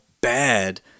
bad—